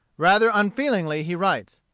rather unfeelingly he writes,